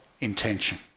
intention